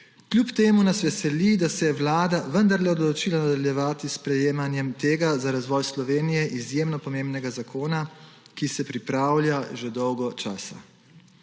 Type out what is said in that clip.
Kljub temu nas veseli, da se je vlada vendarle odločila nadaljevati s sprejemanjem tega, za razvoj Slovenije izjemno pomembnega zakona, ki se pripravlja že dolgo časa.